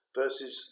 versus